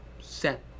set